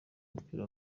mupira